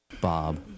Bob